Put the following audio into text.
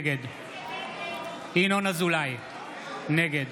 נגד ינון אזולאי, נגד